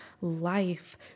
life